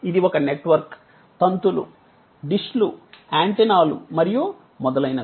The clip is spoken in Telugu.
ఇది ఒక నెట్వర్క్ తంతులు డిష్లు యాంటెనాలు మరియు మొదలైనవి